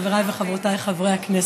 חבריי וחברותיי חברי הכנסת,